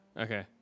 Okay